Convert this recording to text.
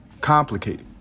complicated